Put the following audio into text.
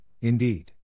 indeed